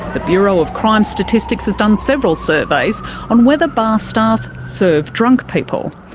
the bureau of crime statistics has done several surveys on whether bar staff serve drunk people.